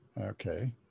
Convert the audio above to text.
Okay